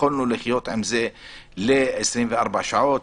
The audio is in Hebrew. יכולנו לחיות עם זה ל-24 שעות,